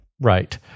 Right